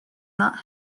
not